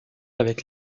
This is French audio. avec